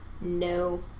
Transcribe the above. No